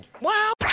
Wow